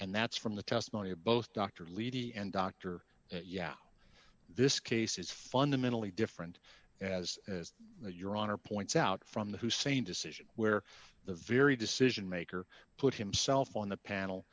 and that's from the testimony of both dr levy and dr yeah this case is fundamentally different as your honor points out from the hussein decision where the very decision maker put himself on the panel